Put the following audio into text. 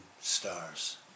stars